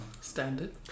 Standard